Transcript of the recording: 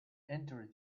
entry